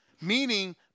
Meaning